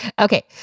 Okay